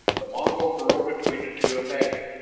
the mongol girl between the two apaches.